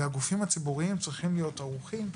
והגופים הציבוריים צריכים להיות ערוכים.